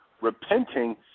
repenting